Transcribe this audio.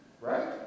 Right